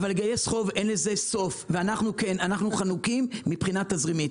אבל לגייס חוב אין לזה סוף ואנחנו חנוקים מבחינה תזרימית.